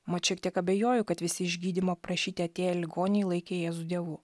mat šiek tiek abejoju kad visi išgydymo prašyti atėję ligoniai laikė jėzų dievu